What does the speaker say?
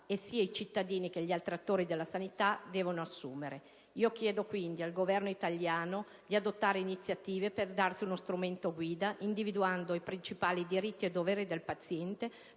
che sia i cittadini che gli altri attori della sanità devono assumere. Chiedo quindi al Governo italiano di adottare iniziative per darsi uno strumento guida, individuando i principali diritti e doveri del paziente